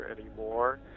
anymore